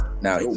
Now